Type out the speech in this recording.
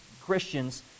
Christians